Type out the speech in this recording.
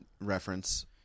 reference